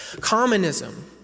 Communism